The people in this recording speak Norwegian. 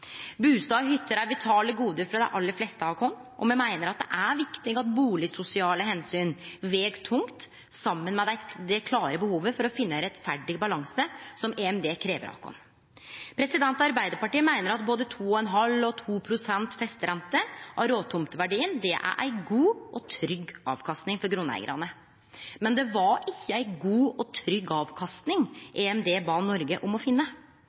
hytter er vitale gode for dei aller fleste av oss. Me meiner at det er viktig at bustadsosiale omsyn veg tungt, saman med det klare behovet for å finne ein rettferdig balanse, som EMD krev av oss. Arbeidarpartiet meiner at både ei festeavgift på 2,5 pst. og ei festeavgift på 2 pst. av råtomteverdien er ei god og trygg avkasting for grunneigarane, men det var ikkje ei god og trygg avkasting EMD bad Noreg om å finne.